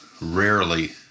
rarely